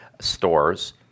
stores